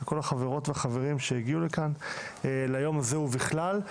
כל החברות והחברים שהגיעו לכאן ליום הזה ובכלל.